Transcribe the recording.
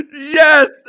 Yes